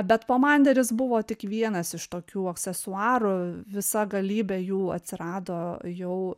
bet pomanderis buvo tik vienas iš tokių aksesuarų visa galybė jų atsirado jau